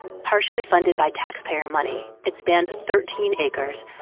partially funded by taxpayer money, it spanned thirteen acres,